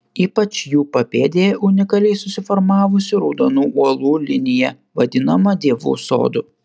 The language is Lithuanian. ypač jų papėdėje unikaliai susiformavusių raudonų uolų linija vadinama dievų sodu